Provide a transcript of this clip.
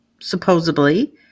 supposedly